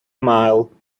mile